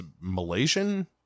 malaysian